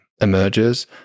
emerges